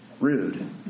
rude